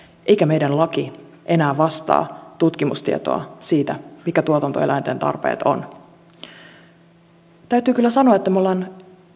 eikä meidän lakimme enää vastaa tutkimustietoa siitä mitkä tuotantoeläinten tarpeet ovat täytyy kyllä sanoa että me olemme